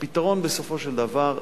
הפתרון, בסופו של דבר,